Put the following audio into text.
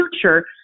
future